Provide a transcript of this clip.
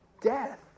death